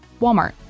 Walmart